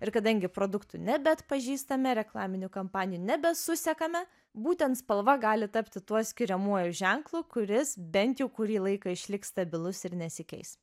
ir kadangi produktų nebeatpažįstame reklaminių kampanijų nebesusekame būtent spalva gali tapti tuo skiriamuoju ženklu kuris bent jau kurį laiką išliks stabilus ir nesikeis